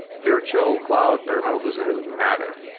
virtual cloud bare metal doesn't really matter.